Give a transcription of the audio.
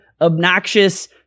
obnoxious